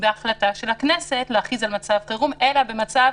בהחלטה של הכנסת להכריז על מצב חירום, אלא במצב